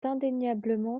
indéniablement